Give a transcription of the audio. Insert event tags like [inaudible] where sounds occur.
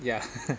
ya [laughs]